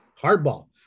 Hardball